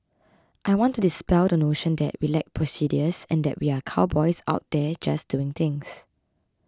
I want to dispel the notion that we lack procedures and that we are cowboys out there just doing things